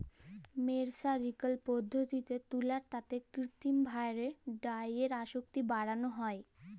মের্সারিকরল পদ্ধতিল্লে তুলার তাঁতে কিত্তিম ভাঁয়রে ডাইয়ের আসক্তি বাড়ালো হ্যয়